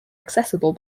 accessible